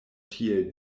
tiel